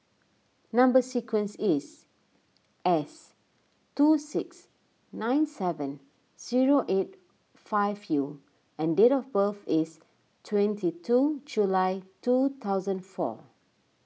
Number Sequence is S two six nine seven zero eight five U and date of birth is twenty two July two thousand four